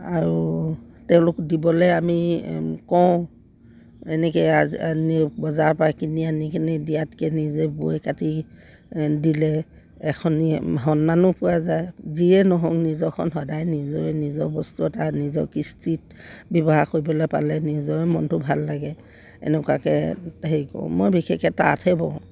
আৰু তেওঁলোক দিবলে আমি কওঁ এনেকে বজাৰৰ পৰা কিনি আনিকিনি দিয়াতকে নিজে বৈ কাটি দিলে এখনি সন্মানো পোৱা যায় যিয়ে নহওক নিজৰখন সদায় নিজৰে নিজৰ বস্তু এটা নিজৰ কৃষ্টিত ব্যৱহাৰ কৰিবলে পালে নিজৰে মনটো ভাল লাগে এনেকুৱাকে হেৰি কৰোঁ মই বিশেষকে তাঁতহে বওঁ